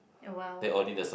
well